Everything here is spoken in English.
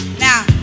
Now